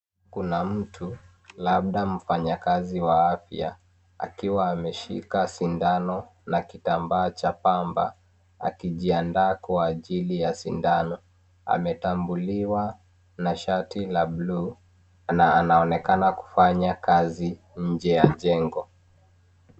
Kuna mtu, labda mfanyakazi wa afya, akiwa ameshika sindano na kitambaa cha pamba, akijiandaa kwa ajili ya sindano. Ametambuliwa na shati la blue , na anaonekana kufanya kazi nje ya jengo.